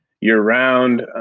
year-round